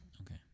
Okay